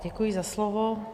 Děkuji za slovo.